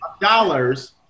dollars